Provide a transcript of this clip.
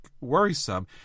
worrisome